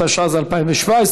התשע"ז 2017,